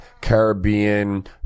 Caribbean